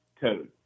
code